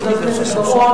חבר הכנסת בר-און,